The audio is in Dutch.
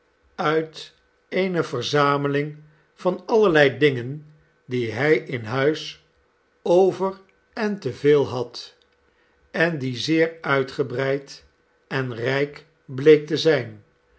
uit eene verzameling van allerlei dingen die hij in huis over en te veel had eh die zeer uitgebreid en rijk bleek te zijn